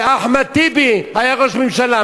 שאחמד טיבי היה ראש הממשלה,